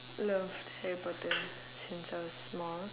loved harry potter since I was small